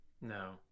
No